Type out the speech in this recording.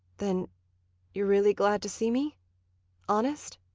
then you're really glad to see me honest?